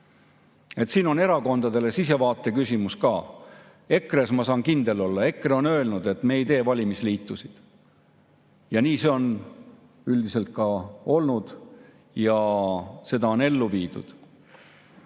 Siin on erakondadele sisevaate küsimus ka. EKRE‑s ma saan kindel olla, EKRE on öelnud, et nad ei tee valimisliitusid. Nii see on üldiselt ka olnud ja seda on ellu viidud.